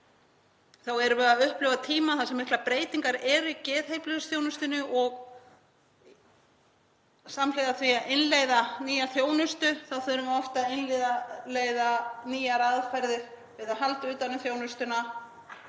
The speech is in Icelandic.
erum við að upplifa tíma þar sem miklar breytingar eru í geðheilbrigðisþjónustunni. Samhliða því að innleiða nýja þjónustu þurfum við oft að innleiða nýjar aðferðir við að halda utan um þjónustuna,